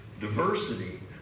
Diversity